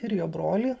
ir jo brolį